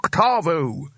Octavo